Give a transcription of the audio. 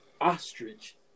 Ostrich